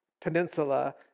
peninsula